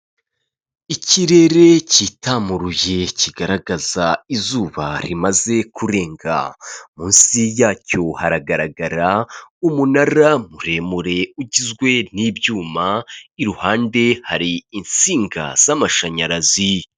Ikirere kitamuruye kigaragaza izuba rimaze kurenga munsi yacyo haragaragara umunara muremure ugizwe n'ibyuma, iruhande hari insinga z'amashanyarazi.